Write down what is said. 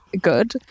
good